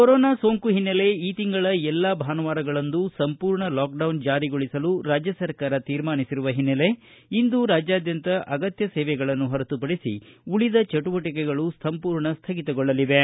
corona ಸೋಂಕು ಹಿನ್ನೆಲೆ ಈ ತಿಂಗಳ ಎಲ್ಲಾ ಭಾನುವಾರಗಳಂದು ಸಂಪೂರ್ಣ ಲಾಕ್ಡೌನ್ ಜಾರಿಗೊಳಿಸಲು ರಾಜ್ಡ ಸರ್ಕಾರ ತೀರ್ಮಾನಿಸಿರುವ ಹಿನ್ನೆಲೆ ಇಂದು ರಾಜ್ಡಾದ್ಯಂತ ಅಗತ್ಯ ಸೇವೆಗಳನ್ನು ಹೊರತುಪಡಿಸಿ ಉಳಿದ ಚಟುವಟಿಕೆಗಳು ಸಂಪೂರ್ಣ ಸ್ವಗಿತಗೊಳ್ಳಲಿವೆ